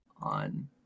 on